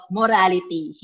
morality